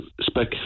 spec